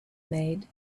made